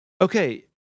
okay